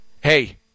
hey